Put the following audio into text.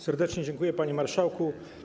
Serdecznie dziękuję, panie marszałku.